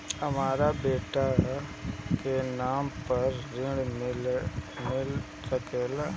हमरा बेटा के नाम पर ऋण मिल सकेला?